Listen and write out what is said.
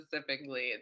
specifically